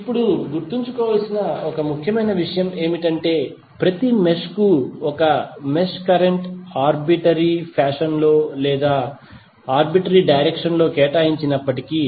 ఇప్పుడు గుర్తుంచుకోవలసిన ఒక ముఖ్యమైన విషయం ఏమిటంటే ప్రతి మెష్ కు ఒక మెష్ కరెంట్ ఆర్బీటరీ ఫాషన్ లో లేదా ఆర్బీటరీ డైరెక్షన్ లో కేటాయించినప్పటికీ